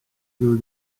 through